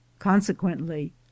Consequently